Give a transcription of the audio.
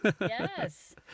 yes